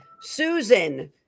Susan